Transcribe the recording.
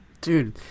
Dude